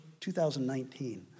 2019